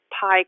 pie